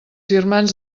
firmants